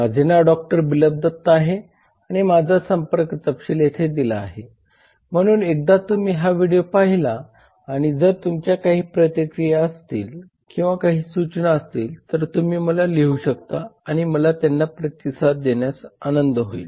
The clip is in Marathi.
माझे नाव डॉ बिप्लब दत्ता आहे आणि माझा संपर्क तपशील येथे दिला आहे म्हणून एकदा तुम्ही हा व्हिडीओ पाहिला आणि जर तुमच्या काही प्रतिक्रिया किंवा काही सूचना असतील तर तुम्ही मला लिहू शकता आणि मला त्यांना प्रतिसाद देण्यास आनंद होईल